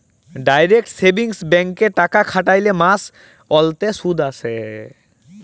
direct savings ব্যাংকে টাকা খ্যাটাইলে মাস অল্তে সুদ আসে